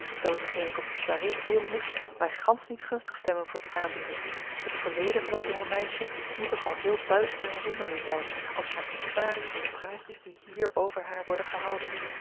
dat t geen ik op die soirée hooren moest mij gansch niet gunstig stemde voor die aanbieding het verleden van dat jonge meisje moet toch al heel duister en zonderling zijn als maar iets waar is van de praatjes die hier over haar worden gehouden